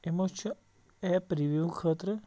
یِمو چھِ app review خٲطرٕ